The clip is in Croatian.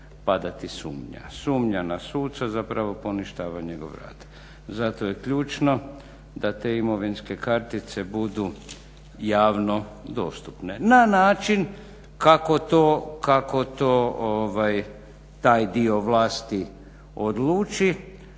padati sumnja. Sumnja na suca zapravo poništava njegov rad, zato je ključno da te imovinske kartice budu javno dostupne na način kako to taj dio vlasti odluči